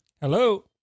Hello